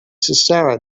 sarah